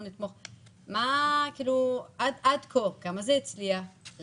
אני רוצה לדעת כמה זה הצליח עד כה,